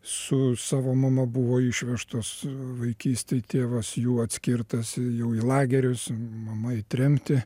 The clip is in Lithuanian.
su savo mama buvo išvežtos vaikystėj tėvas jų atskirtas jau į lagerius mama į tremtį